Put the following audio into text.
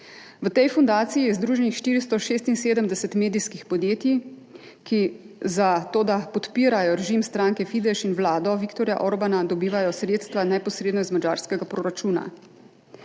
V tej fundaciji je združenih 476 medijskih podjetij, ki za to, da podpirajo režim stranke Fidesz in vlado Viktorja Orbana, dobivajo sredstva neposredno iz madžarskega proračuna.